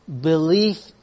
belief